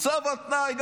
צו על תנאי.